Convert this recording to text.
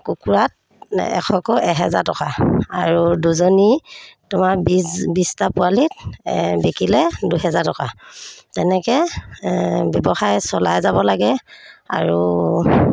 কুকুৰাত এশকৈ এহেজাৰ টকা আৰু দুজনী তোমাৰ বিছ বিছটা পোৱালিত বিকিলে দুহেজাৰ টকা তেনেকৈ ব্যৱসায় চলাই যাব লাগে আৰু